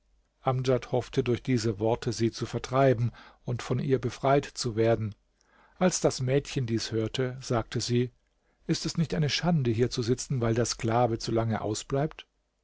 amdjad hoffte durch diese worte sie zu vertreiben und von ihr befreit zu werden als das mädchen dies hörte sagte sie ist es nicht eine schande hier zu sitzen weil der sklave zu lang ausbleibt